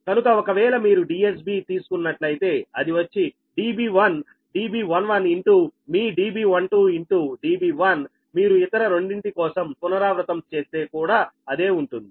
కనుక ఒకవేళ మీరు DSB తీసుకున్నట్లయితే అది వచ్చి db1 db11 ఇన్ టూ మీ db12 db1 మీరు ఇతర రెండింటి కోసం పునరావృతం చేస్తే కూడా అదే ఉంటుంది